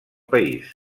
país